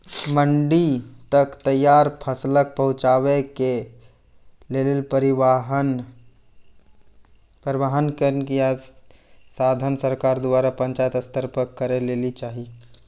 मंडी तक तैयार फसलक पहुँचावे के लेल परिवहनक या साधन सरकार द्वारा पंचायत स्तर पर करै लेली चाही?